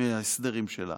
מהסדרים שלה